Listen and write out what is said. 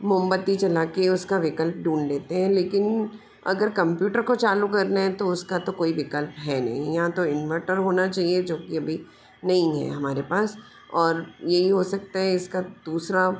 मोमबत्ती जला के उसका विकल्प ढूंढ लेते हैं लेकिन अगर कम्प्यूटर को चालू करना है तो उसका तो कोई विकल्प है नहीं या तो इनवर्टर होना चाहिए जो कि अभी नहीं है हमारे पास और यही हो सकता है इसका दूसरा